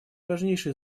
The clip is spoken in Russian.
важнейшее